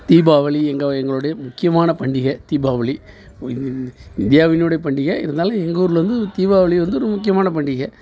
தீபாவளி எங்கள் எங்களுடைய முக்கியமான பண்டிகை தீபாவளி இந்தியாவினுடைய பண்டிகை இருந்தாலும் எங்கள் ஊரில் வந்து தீபாவளி வந்து ஒரு முக்கியமான பண்டிகை